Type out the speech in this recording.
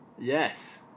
Yes